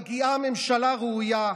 מגיעים ממשלה ראויה,